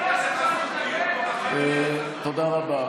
תודה רבה.